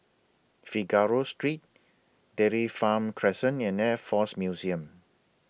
Figaro Street Dairy Farm Crescent and Air Force Museum